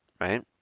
right